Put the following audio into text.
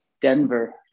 Denver